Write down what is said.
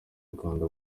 rwanda